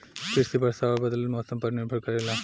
कृषि वर्षा और बदलत मौसम पर निर्भर करेला